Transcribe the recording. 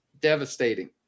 devastating